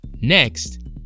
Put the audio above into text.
Next